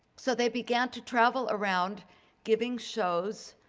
so they began to travel around giving shows,